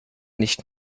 nicht